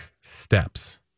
steps